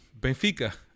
Benfica